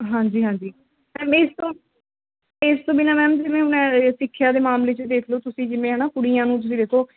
ਹਾਂਜੀ ਹਾਂਜੀ ਮੈਮ ਇਸ ਤੋਂ ਇਸ ਤੋਂ ਬਿਨਾ ਮੈਮ ਜਿਵੇਂ ਮੈਂ ਸਿੱਖਿਆ ਦੇ ਮਾਮਲੇ 'ਚ ਦੇਖ ਲਉ ਤੁਸੀਂ ਜਿਵੇਂ ਹੈ ਨਾ ਕੁੜੀਆਂ ਨੂੰ ਤੁਸੀਂ ਦੇਖੋ